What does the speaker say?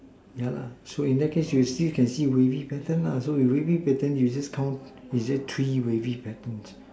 yeah lah so in that case you see you can see wavy pattern so wavy pattern you just count three wavy pattern